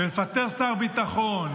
לפטר שר ביטחון,